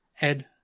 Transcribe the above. Ed